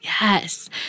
Yes